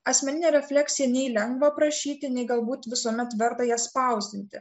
asmeninė refleksija nei lengva aprašyti nei galbūt visuomet verta ją spausdinti